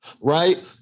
Right